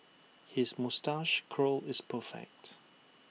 his moustache curl is perfect